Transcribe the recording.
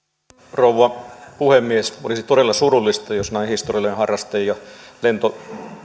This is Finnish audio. rouva puhemies olisi todella surullista jos näin historiallinen